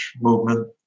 movement